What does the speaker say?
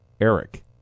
Eric